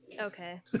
Okay